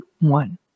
one